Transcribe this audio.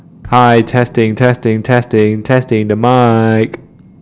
hi testing testing testing testing the mic